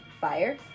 Fire